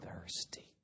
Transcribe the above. thirsty